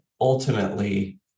ultimately